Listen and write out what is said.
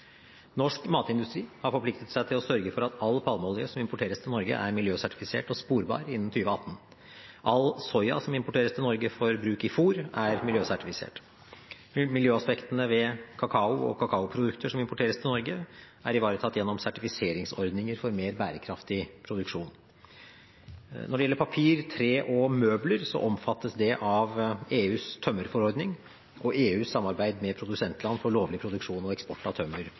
at all palmeolje som importeres til Norge, er miljøsertifisert og sporbar innen 2018. All soya som importeres til Norge for bruk i fôr, er miljøsertifisert. Miljøaspektene ved kakao og kakaoprodukter som importeres til Norge, er ivaretatt gjennom sertifiseringsordninger for mer bærekraftig produksjon. Når det gjelder papir, tre og møbler, omfattes det av EUs tømmerforordning og EUs samarbeid med produsentland for lovlig produksjon og eksport av tømmer